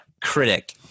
critic